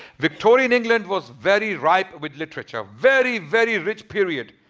victorian england was very ripe with literature. very very rich period.